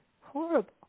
Horrible